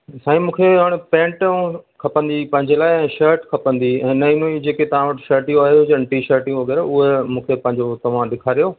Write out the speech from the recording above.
साईं मूंखे हाणे पैंट ऐं खपंदी हुई पंहिंजे लाइ शर्ट खपंदी हुई ऐं नईं नयूं जेके तव्हां वटि शर्टूं आयूं हुजनि टी शर्टूं वग़ैरह उहे मूंखे पंहिंजो तव्हां ॾेखारियो